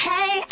Hey